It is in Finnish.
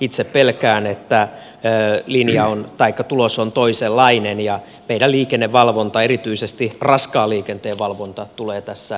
itse pelkään että tulos on toisenlainen ja meidän liikennevalvonta erityisesti raskaan liikenteen valvonta tulee tässä